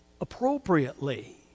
appropriately